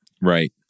Right